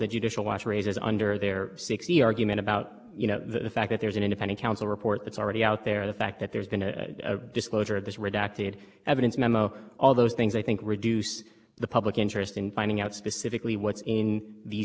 there sixty argument about you know the fact that there's an independent counsel report that's already out there the fact that there's been a disclosure of this redacted evidence memo all those things i think reduce the public interest in finding out specifically what's in these drafts but i think